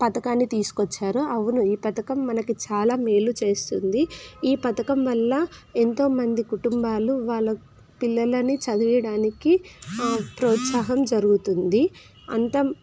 పథకాన్ని తీసుకొచ్చారు అవును ఈ పథకం మనకి చాలా మేలు చేస్తుంది ఈ పథకం వల్ల ఎంతో మంది కుటుంబాలు వాళ్ళ పిల్లలని చదివించడానికి ప్రోత్సహం జరుగుతుంది అంత